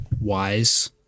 Wise